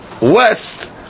west